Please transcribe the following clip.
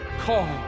call